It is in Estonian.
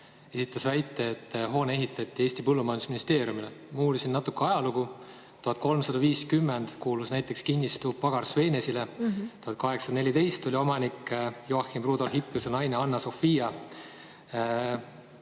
esitas väite, et hoone ehitati Eesti põllumajandusministeeriumile. Ma uurisin natuke ajalugu. 1350 kuulus see kinnistu näiteks pagar Swenesile. 1814 oli omanik Joachim Rudolph Hippiuse naine Anna Sophia.